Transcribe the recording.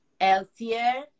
healthier